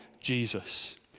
Jesus